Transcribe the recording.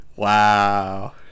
Wow